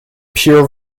pure